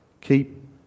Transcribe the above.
keep